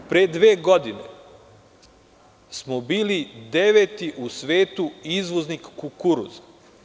Pre dve godine smo bili deveti u svetu izvoznik kukuruza.